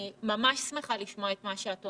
אני ממש שמחה לשמוע את מה שאומרת,